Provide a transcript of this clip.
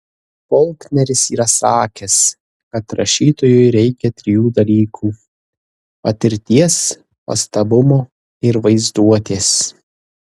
folkneris yra sakęs kad rašytojui reikia trijų dalykų patirties pastabumo ir vaizduotės